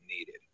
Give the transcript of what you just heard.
needed